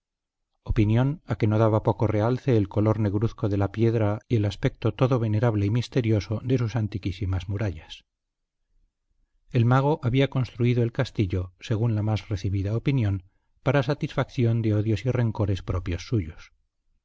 opinión a que no daba poco realce el color negruzco de la piedra y el aspecto todo venerable y misterioso de sus antiquísimas murallas el mago había construido el castillo según la más recibida opinión para satisfacción de odios y rencores propios suyos